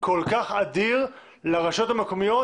כל כך אדיר לרשויות המקומיות,